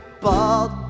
bald